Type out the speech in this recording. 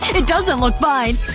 and it doesn't look fine.